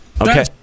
okay